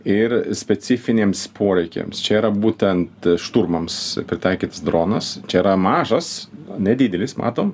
ir specifinėms poreikiams čia yra būtent šturmams pritaikytas dronas čia yra mažas nedidelis matom